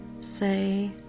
say